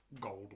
gold